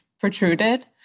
protruded